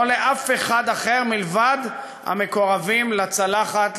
לא לאף אחד אחר מלבד המקורבים לצלחת,